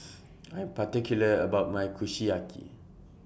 I Am particular about My Kushiyaki